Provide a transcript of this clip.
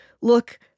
look